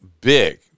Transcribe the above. big